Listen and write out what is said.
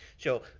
so,